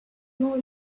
more